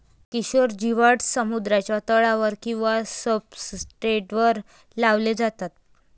किशोर जिओड्स समुद्राच्या तळावर किंवा सब्सट्रेटवर लावले जातात